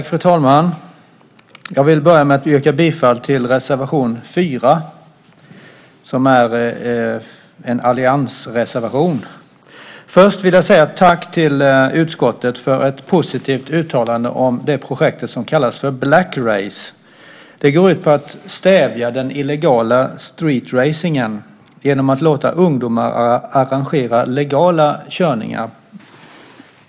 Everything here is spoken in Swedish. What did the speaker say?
Fru talman! Jag vill börja med att yrka bifall till reservation 4. Det är en alliansreservation. Först vill jag säga tack till utskottet för ett positivt uttalande om det projekt som kallas Blackrace. Det går ut på att stävja illegal streetracing genom att låta ungdomar arrangera legala körningar.